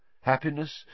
happiness